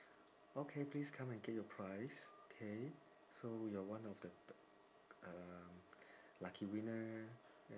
okay please come and get your prize okay so you are one of the um lucky winner